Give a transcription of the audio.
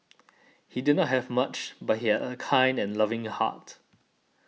he did not have much but he had a kind and loving heart